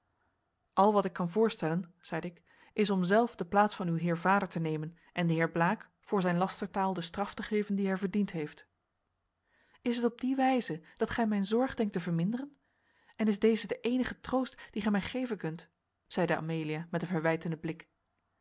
al wat ik kan voorstellen zeide ik is om zelf de plaats van uw heer vader te nemen en den heer blaek voor zijn lastertaal de straf te geven die hij verdiend heeft is het op die wijze dat gij mijn zorg denkt te verminderen en is deze de eenige troost dien gij mij geven kunt zeide amelia met een verwijtenden blik